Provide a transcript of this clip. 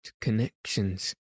connections